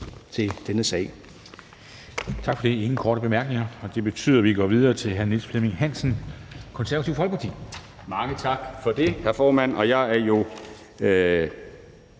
til denne sag.